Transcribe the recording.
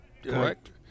Correct